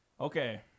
Okay